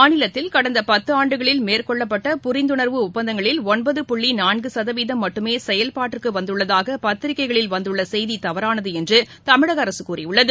மாநிலத்தில் கடந்த பத்தாண்டுகளில் மேற்னெள்ளப்பட்ட புரிந்துணர்வு ஒப்பந்தங்களில் ஒன்பது புள்ளி நான்கு சதவீதம் மட்டுமே செயல்பாட்டிற்கு வந்துள்ளதாக பத்திரிக்கைகளில் வந்துள்ள செய்தி தவறானது என்று தமிழக அரசு கூறியுள்ளது